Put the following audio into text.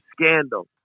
scandal